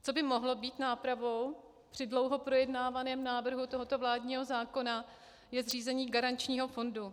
Co by mohlo být nápravou při dlouho projednávaném návrhu tohoto vládního zákona, je zřízení garančního fondu.